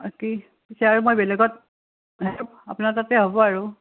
পিছে আৰু মই বেলেগত আপোনাৰ তাতে হ'ব আৰু